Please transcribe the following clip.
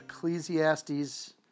Ecclesiastes